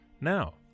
Now